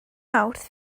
mawrth